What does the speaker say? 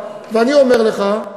ואני אומר לך,